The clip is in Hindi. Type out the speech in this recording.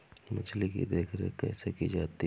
मछली की देखरेख कैसे की जाती है?